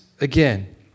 again